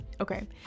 Okay